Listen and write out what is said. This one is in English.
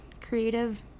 creative